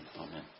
Amen